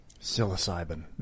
psilocybin